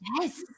Yes